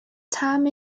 time